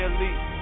Elite